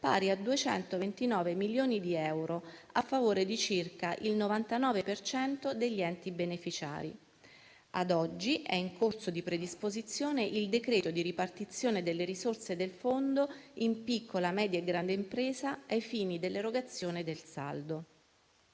pari a 229 milioni di euro a favore di circa il 99 per cento degli enti beneficiari. Ad oggi, è in corso di predisposizione il decreto di ripartizione delle risorse del fondo in piccola, media e grande impresa, ai fini dell'erogazione del saldo.